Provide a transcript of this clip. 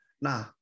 nah